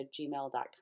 gmail.com